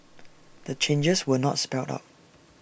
the changes were not spelled out